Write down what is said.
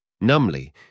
Numbly